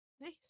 Nice